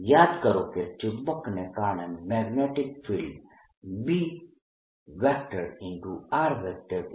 યાદ કરો કે ચુંબકને કારણે મેગ્નેટીક ફિલ્ડ B04π3 m